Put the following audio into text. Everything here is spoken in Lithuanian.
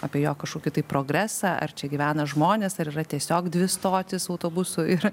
apie jo kažkokį tai progresą ar čia gyvena žmonės ar yra tiesiog dvi stotys autobusų ir